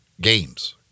games